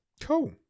Cool